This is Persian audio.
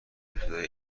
ابتدایی